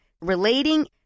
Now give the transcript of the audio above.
relating